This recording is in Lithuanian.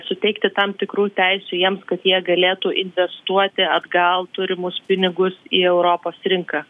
suteikti tam tikrų teisių jiems kad jie galėtų investuoti atgal turimus pinigus į europos rinką